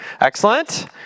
Excellent